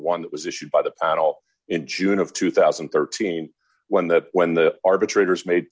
one that was issued by the panel in june of two thousand and thirteen when the when the arbitrators made